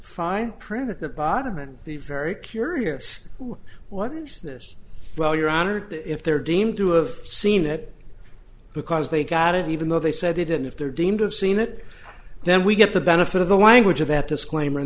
fine print at the bottom and be very curious what is this well your honor if they're deemed to have seen it because they got it even though they said it and if they're deemed of seen it then we get the benefit of the language of that disclaimer